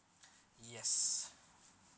yes